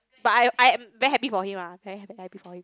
but I I'm very happy for him lah very happy happy for him